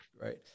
Right